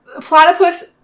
platypus